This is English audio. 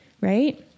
Right